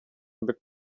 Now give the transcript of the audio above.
big